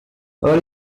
are